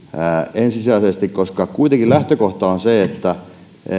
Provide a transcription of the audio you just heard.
ensisijaisesti kuitenkin lähtökohta on se että